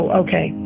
okay